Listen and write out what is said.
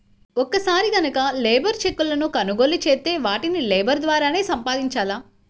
ఒక్కసారి గనక లేబర్ చెక్కులను కొనుగోలు చేత్తే వాటిని లేబర్ ద్వారానే సంపాదించాల